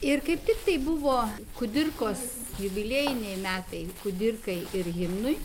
ir kaip tiktai buvo kudirkos jubiliejiniai metai kudirkai ir himnui